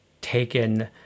taken